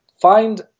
find